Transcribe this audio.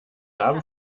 haben